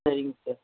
சரிங்க சார்